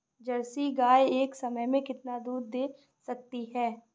Jersey गाय एक समय में कितना दूध दे सकती है?